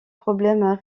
problèmes